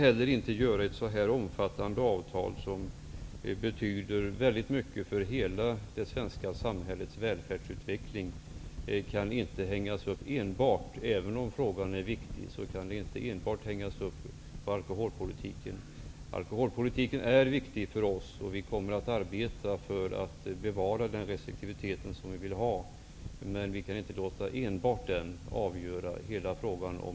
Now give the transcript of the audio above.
Ett så omfattande avtal, som betyder så mycket för hela det svenska samhällets välfärdsutveckling, kan inte hängas upp enbart på alkoholpolitiken, även om den frågan är viktig. Alkoholpolitiken är viktig för oss, och vi kommer att arbeta för att bevara den restriktivitet som vi vill ha, men vi kan inte låta enbart den avgöra hela frågan om